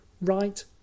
right